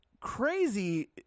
crazy